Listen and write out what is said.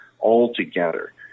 altogether